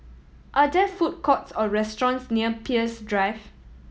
are there food courts or restaurants near Peirce Drive